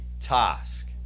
task